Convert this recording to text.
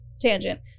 tangent